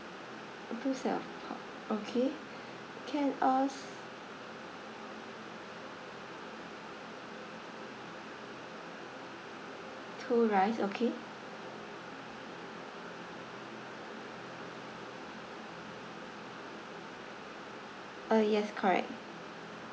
uh both set of pork okay can us two rice okay uh yes correct